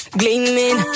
gleaming